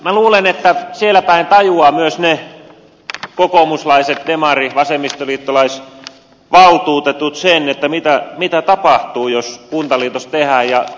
minä luulen että siellä päin tajuavat myös ne kokoomuslaiset demari vasemmistoliittolaisvaltuutetut sen mitä tapahtuu jos kuntaliitos tehdään